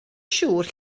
siŵr